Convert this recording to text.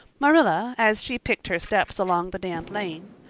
marilla, as she picked her steps along the damp lane,